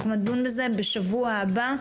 אנחנו נדון בזה בשבוע הבא.